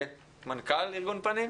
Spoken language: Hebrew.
מנכ"ל ארגון "פנים".